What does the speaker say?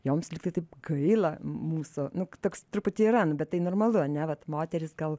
joms lygtai taip gaila mūsų nu toks truputį yra nu bet tai normalu ane vat moterys gal